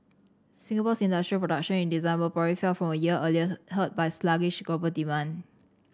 Singapore's industrial production in December probably fell from a year earlier hurt by sluggish global demand